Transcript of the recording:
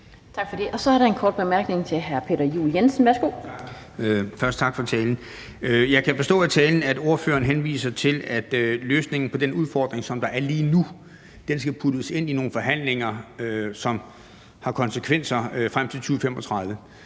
Tak for det. Så er der en kort bemærkning til hr. Peter Juel-Jensen. Værsgo. Kl. 12:32 Peter Juel-Jensen (V): Tak for talen. Jeg kan forstå af talen, at ordføreren henviser til, at løsningen på den udfordring, som der er lige nu, skal puttes ind i nogle forhandlinger, som har konsekvenser frem til 2035.